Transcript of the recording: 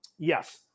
Yes